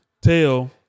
tell